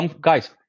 Guys